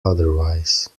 otherwise